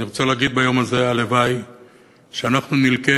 אני רוצה להגיד ביום הזה: הלוואי שאנחנו נלקה